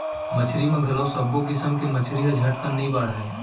मछरी म घलौ सब्बो किसम के मछरी ह झटकन नइ बाढ़य